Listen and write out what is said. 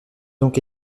donc